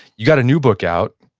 you got a new book out,